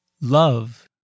love